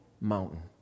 mountain